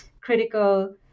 critical